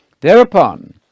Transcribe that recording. Thereupon